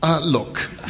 Look